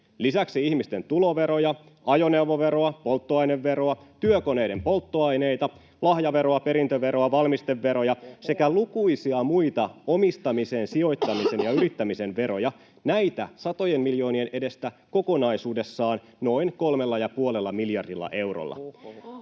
lisäksi ihmisten tuloveroja, ajoneuvoveroa, polttoaineveroa, työkoneiden polttoaineita, lahjaveroa, perintöveroa, valmisteveroja sekä lukuisia muita omistamisen, sijoittamisen ja yrittämisen veroja, näitä satojen miljoonien edestä, kokonaisuudessaan noin kolmella ja puolella